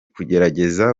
kugerageza